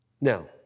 Now